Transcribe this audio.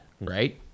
right